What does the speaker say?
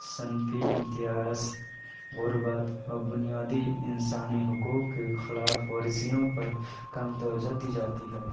صنفی امتیاز غربت اور بنیادی انسانی حقوق کی خلاف ورزیوں پر کم توجہ دی جاتی ہے